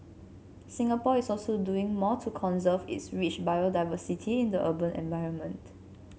Singapore is also doing more to conserve its rich biodiversity in the urban environment